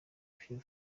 film